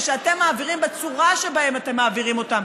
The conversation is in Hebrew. שאתם מעבירים והצורה שבהם אתם מעבירים אותם,